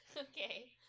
Okay